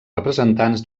representants